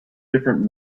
different